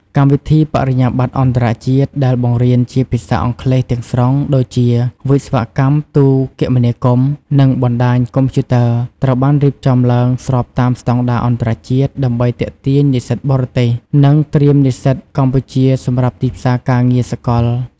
កម្មវិធីបរិញ្ញាបត្រអន្តរជាតិដែលបង្រៀនជាភាសាអង់គ្លេសទាំងស្រុង ដូចជា វិស្វកម្មទូរគមនាគមន៍ និងបណ្តាញកុំព្យូទ័រ ត្រូវបានរៀបចំឡើងស្របតាមស្តង់ដារអន្តរជាតិ ដើម្បីទាក់ទាញនិស្សិតបរទេស និងត្រៀមនិស្សិតកម្ពុជាសម្រាប់ទីផ្សារការងារសកល។